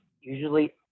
usually